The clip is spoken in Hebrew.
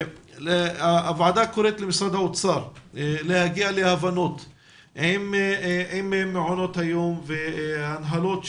הוועדה קוראת למשרד האוצר להגיע להבנות עם מעונות היום והנהלות המעונות,